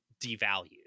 devalued